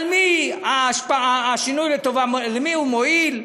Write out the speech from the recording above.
למי השינוי לטובה הוא מועיל,